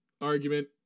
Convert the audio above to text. argument